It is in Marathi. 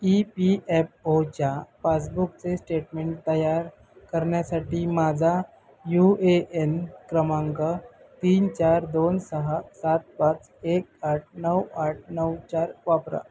ई पी एफ ओच्या पासबुकचे स्टेटमेंट तयार करण्यासाठी माझा यू ए एन क्रमांक तीन चार दोन सहा सात पाच एक आठ नऊ आठ नऊ चार वापरा